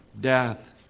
death